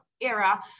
era